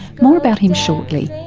more about him shortly.